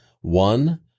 One